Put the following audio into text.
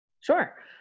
Sure